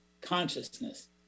consciousness